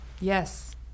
Yes